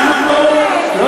תגיד לי מה האחוז.